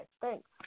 thanks